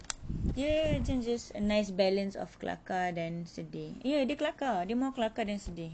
dia cam just a nice balance of kelakar dan sedih ye dia kelakar more kelakar than sedih